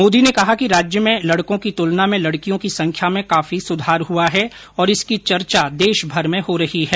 मोदी ने कहा कि राज्य में लड़कों की तुलना में लड़कियों की संख्या में काफी सुधार हुआ है और इसकी चर्चा देशभर में हो रही है